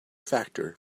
factor